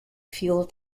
fuel